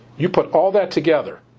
you put all that together,